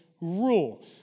rule